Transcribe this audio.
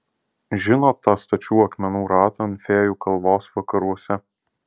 žinot tą stačių akmenų ratą ant fėjų kalvos vakaruose